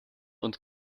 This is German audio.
und